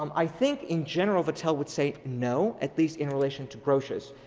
um i think in general vattel would say no at least in relation to grotius.